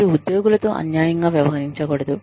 మీరు ఉద్యోగులతో అన్యాయంగా వ్యవహరించకూడదు